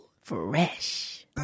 fresh